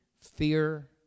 fear